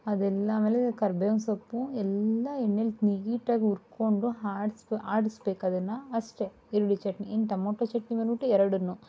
ಅದೆಲ್ಲ ಆಮೇಲೆ ಕರಿಬೇವಿನ ಸೊಪ್ಪು ಎಲ್ಲ ಎಣ್ಣೇಲಿ ನೀಟಾಗಿ ಹುರ್ಕೊಂಡು ಆಡ್ಸ್ ಆಡ್ಸ ಬೇಕದನ್ನು ಅಷ್ಟೇ ಈರುಳ್ಳಿ ಚಟ್ನಿ ಇನ್ನು ಟೊಮೊಟೊ ಚಟ್ನಿ ಬಂದುಬಿಟ್ಟು ಎರಡನ್ನೂ